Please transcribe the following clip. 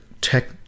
tech